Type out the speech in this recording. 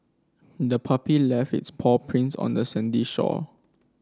the puppy left its paw prints on the sandy shore